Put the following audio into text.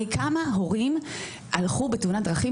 הרי כמה הורים הלכו בתאונת דרכים,